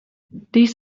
dies